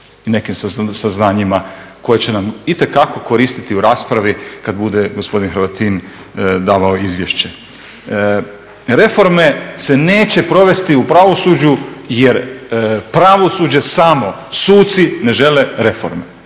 i nekim saznanjima koje će nam itekako koristiti u raspravi kada bude gospodin Hrvatin davao izvješće. Reforme se neće provesti u pravosuđu jer pravosuđe samo, suci ne žele reforme.